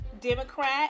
Democrat